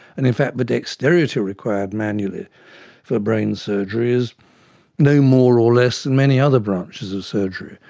and in fact the dexterity required manually for brain surgery is no more or less than many other branches of surgery.